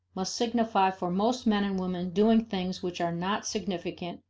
must signify for most men and women doing things which are not significant,